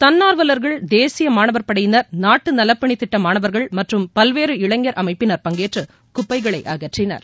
தன்னார்வலர்கள் தேசிய மாணவர் படையினர் நாட்டு நலப்பணித் திட்ட மாணவர்கள் மற்றும் பல்வேறு இளைஞர் அமைப்பினர் பங்கேற்று குப்பைகளை அகற்றினர்